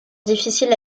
difficile